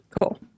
Cool